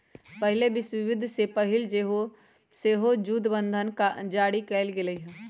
पहिल विश्वयुद्ध से पहिले सेहो जुद्ध बंधन जारी कयल गेल हइ